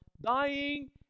dying